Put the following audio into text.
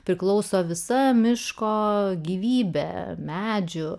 priklauso visa miško gyvybę medžių